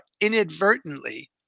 inadvertently